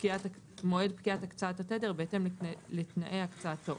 מועד פקיעת הקצאת התדר בהתאם לתנאי הקצאתו.